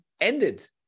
ended